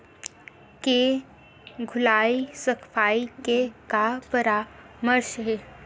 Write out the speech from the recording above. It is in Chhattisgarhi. के धुलाई सफाई के का परामर्श हे?